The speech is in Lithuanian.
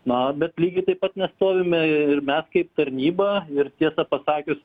na bet lygiai taip pat nestovime ir mes kaip tarnyba ir tiesą pasakius